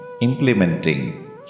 implementing